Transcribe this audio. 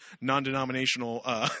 non-denominational